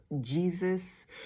Jesus